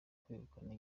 kwegukana